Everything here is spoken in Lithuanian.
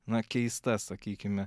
na keista sakykime